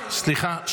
סליחה.